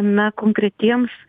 na konkretiems